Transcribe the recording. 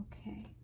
Okay